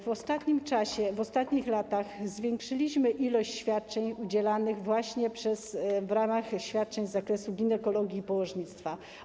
W ostatnim czasie, w ostatnich latach zwiększyliśmy ilość świadczeń udzielanych właśnie w ramach świadczeń z zakresu ginekologii i położnictwa.